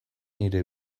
nire